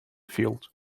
field